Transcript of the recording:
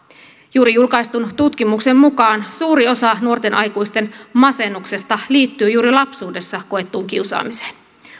juuri julkaistun tutkimuksen mukaan suuri osa nuorten aikuisten masennuksesta liittyy juuri lapsuudessa koettuun kiusaamiseen